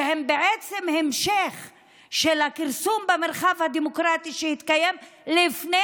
שהן בעצם המשך של הכרסום במרחב הדמוקרטי שהתקיים לפני